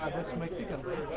that's mexican right?